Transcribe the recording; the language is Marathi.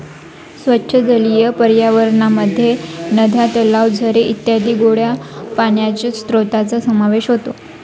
स्वच्छ जलीय पर्यावरणामध्ये नद्या, तलाव, झरे इत्यादी गोड्या पाण्याच्या स्त्रोतांचा समावेश होतो